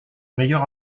meilleur